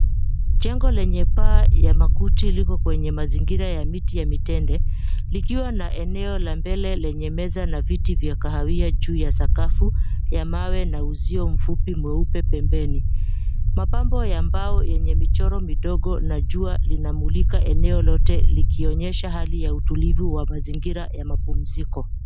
Jengo lenye paa ya makuti liko kwenye mazingira ya miti ya mitende, likiwa na eneo la mbele lenye meza na viti vya kahawia juu ya sakafu ya mawe na uzio mfupi mweupe pembeni. Mapambo ya mbao yenye michoro midogo na jua linamulika eneo lote likionyesha hali ya utulivu wa mazingira ya mapumziko.